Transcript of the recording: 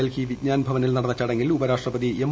ഡൽഹി വിജ്ഞാൻ ഭവനിൽ നടന്ന ചടങ്ങിൽ ഉപരാഷ്ട്രപതി എം